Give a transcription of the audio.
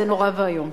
זה נורא ואיום.